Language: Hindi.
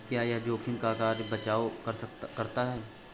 क्या यह जोखिम का बचाओ करता है?